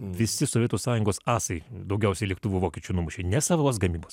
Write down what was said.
visi sovietų sąjungos asai daugiausiai lėktuvų vokiečių numušė nesavos gamybos